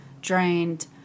drained